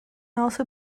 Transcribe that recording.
also